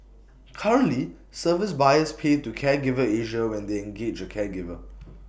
currently service buyers pay to Caregiver Asia when they engage A caregiver